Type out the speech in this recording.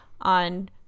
on